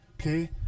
okay